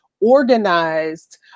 organized